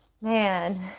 man